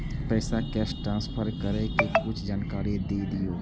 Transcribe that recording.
पैसा cash transfer करऐ कि कुछ जानकारी द दिअ